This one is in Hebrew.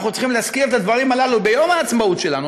אנחנו צריכים להזכיר את הדברים הללו ביום העצמאות שלנו,